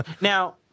Now